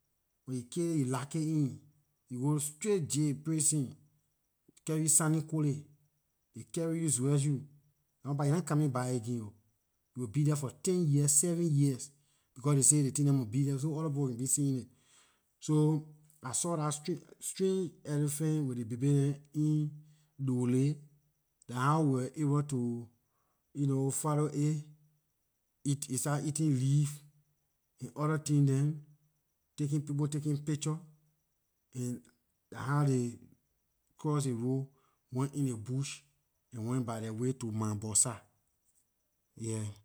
When you kill it you lock it in you go straight jail prison they carry you sannequelle they carry you zwredu, dah one pah you nah coming back again oh you will be there for ten years seven years becor they say ley tin dem mon be there so other people mon be seeing it so I saw dah strange elephant with ley baby in dolley dah how we were able to follow it aay start eating leaf and other tins dem and dah how ley cross ley road went in ley bush and went by their way to mabosaa, yeah